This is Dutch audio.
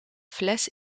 fles